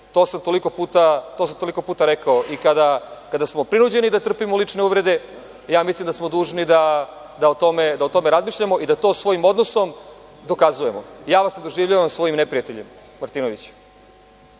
to sam toliko puta rekao, i kada smo prinuđeni da trpimo lične uvrede, mislim da smo dužni da o tome razmišljamo i da to svojim odnosnom dokazujemo. Ja vas ne doživljavam svojim neprijateljem, Martinoviću,